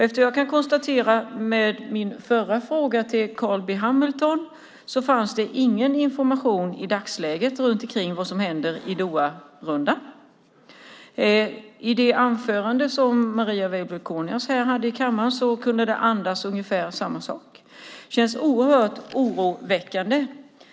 Efter min förra fråga till Carl B Hamilton kan jag konstatera att det inte finns någon information i dagsläget om vad som händer i Doharundan. Marie Weibull Kornias anförande här i kammaren andades ungefär samma sak. Det är oerhört oroväckande.